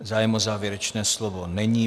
Zájem o závěrečné slovo není.